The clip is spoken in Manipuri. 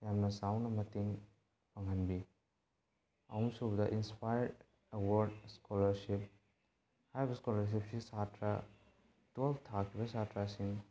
ꯌꯥꯝꯅ ꯆꯥꯎꯅ ꯃꯇꯦꯡ ꯄꯥꯡꯍꯟꯕꯤ ꯑꯍꯨꯝ ꯁꯨꯕꯗ ꯏꯟꯄꯥꯌꯔ ꯑꯦꯋꯥꯔꯠ ꯁ꯭ꯀꯣꯂꯔꯁꯤꯞ ꯍꯥꯏꯔꯤꯕ ꯁ꯭ꯀꯣꯂꯔꯁꯤꯞꯁꯤ ꯁꯥꯇ꯭ꯔ ꯇꯨꯋꯦꯜꯞ ꯊꯥꯈꯤꯕ ꯁꯥꯇ꯭ꯔꯁꯤꯡ